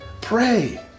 Pray